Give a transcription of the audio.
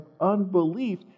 unbelief